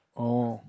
oh